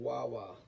Wawa